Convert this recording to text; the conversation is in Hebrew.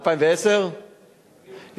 2010. 2010?